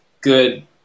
good